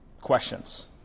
questions